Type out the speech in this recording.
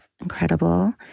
incredible